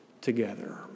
together